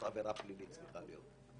זאת עבירה פלילית צריכה להיות.